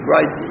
Right